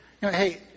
hey